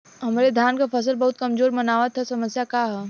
हमरे धान क फसल बहुत कमजोर मनावत ह समस्या का ह?